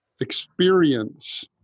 experience